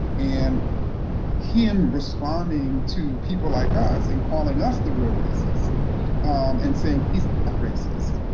and him responding to people like us and calling us the real racists and saying he's racist,